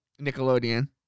Nickelodeon